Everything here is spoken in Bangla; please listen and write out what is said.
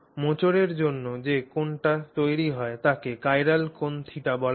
মোচড়ের জন্য যে কোণটি তৈরি হয় তাকে চিরাল কোণ θ বলা হয়